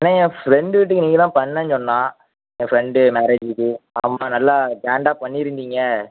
அண்ணேன் என் ஃப்ரெண்டு வீட்டுக்கு நீங்கள் தான் பண்ணேன் சொன்னான் என் ஃப்ரெண்டு மேரேஜுக்கு ஆமாம் நல்லா கிராண்டாக பண்ணியிருந்தீங்க